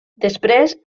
després